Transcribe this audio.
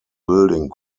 building